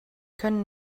können